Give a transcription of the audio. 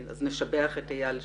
אז נשבח את אייל שוב.